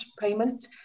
payment